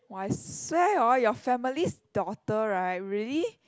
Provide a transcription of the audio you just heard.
!wah! I swear hor your family's daughter right really